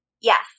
Yes